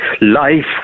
Life